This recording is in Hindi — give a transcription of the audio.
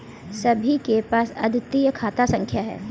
सभी के पास अद्वितीय खाता संख्या हैं